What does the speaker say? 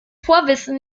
vorwissen